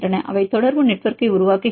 அவை தொடர்பு நெட்வொர்க்கை உருவாக்குகின்றன